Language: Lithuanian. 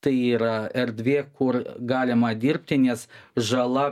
tai yra erdvė kur galima dirbti nes žala